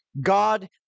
God